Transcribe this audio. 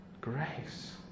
grace